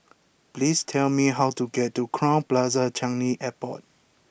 please tell me how to get to Crowne Plaza Changi Airport